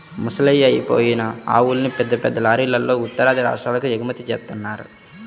ముసలయ్యి అయిపోయిన ఆవుల్ని పెద్ద పెద్ద లారీలల్లో ఉత్తరాది రాష్ట్రాలకు ఎగుమతి జేత్తన్నారు